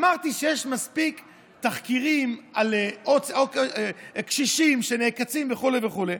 אמרתי שיש מספיק תחקירים על קשישים ש"נעקצים" וכו' וכו'.